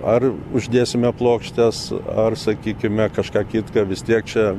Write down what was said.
ar uždėsime plokštes ar sakykime kažką kitką vis tiek čia